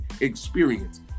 experience